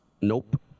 Nope